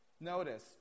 Notice